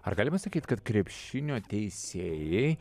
ar galima sakyt kad krepšinio teisėjai